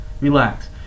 relax